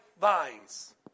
vines